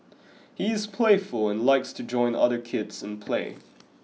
he is playful and likes to join other kids in play